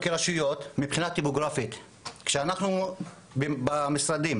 כשאנחנו במשרדים